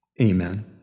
amen